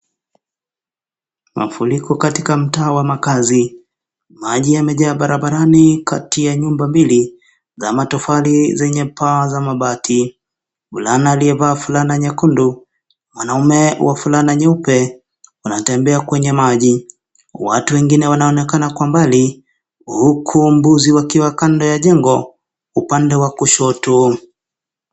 Mafuriko katika mtaa wa makazi maji yamejaa barabarani kati ya nyumba mbili za matofali zenye paa za mabati mvulana aliyevaa fulana nyekundu mwanume wa fulana nyeupe wanatembea kwenye maji. Watu wengine wanaonekana kwa mbali huku mbuzi wakiwa kando ya jengo upande wa kushoto.